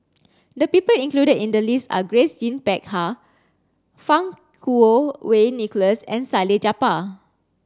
the people included in the list are Grace Yin Peck Ha Fang Kuo Wei Nicholas and Salleh Japar